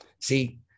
See